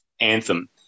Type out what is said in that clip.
Anthem